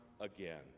again